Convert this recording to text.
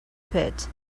pit